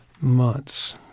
months